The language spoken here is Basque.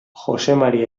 joxemari